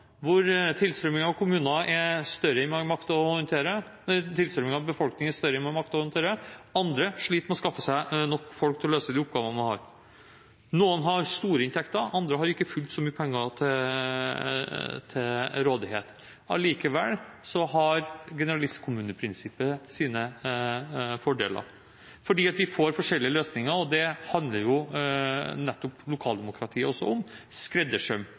hvor tilstrømmingen av folk er større enn man makter å håndtere. Andre sliter med å skaffe nok folk til å løse de oppgavene man har. Noen har store inntekter; andre har ikke fullt så mye penger til rådighet. Allikevel har generalistkommuneprinsippet sine fordeler fordi vi får forskjellige løsninger. Det handler nettopp lokaldemokrati om – skreddersøm.